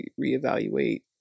reevaluate